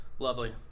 Lovely